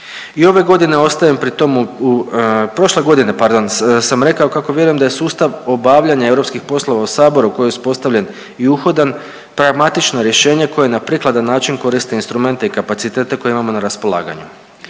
I ove godine ostajem pri tomu, prošle godine pardon sam rekao kako vjerujem da je sustav obavljanja europskih poslova u Saboru koji je uspostavljen i uhodan pragmatično rješenje koje na prikladan način koristi instrumente i kapacitete koje imamo na raspolaganju.